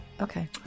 Okay